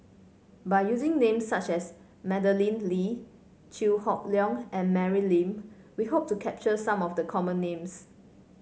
by using names such as Madeleine Lee Chew Hock Leong and Mary Lim we hope to capture some of the common names